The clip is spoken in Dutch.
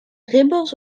ribbels